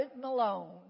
Malone